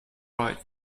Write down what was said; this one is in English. write